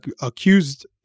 accused